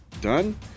Done